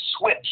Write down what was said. switch